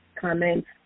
comments